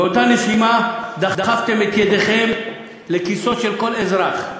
באותה נשימה דחפתם את ידיכם לכיסו של כל אזרח.